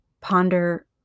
ponder